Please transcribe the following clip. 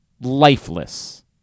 lifeless